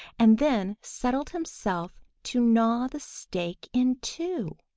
and then settled himself to gnaw the stake in two.